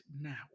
now